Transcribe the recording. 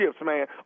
man